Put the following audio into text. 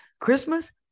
Christmas